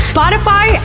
Spotify